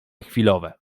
chwilowe